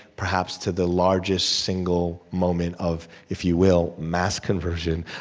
perhaps, to the largest single moment of, if you will, mass conversion.